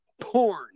porn